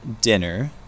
dinner